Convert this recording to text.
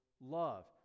love